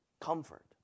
Comfort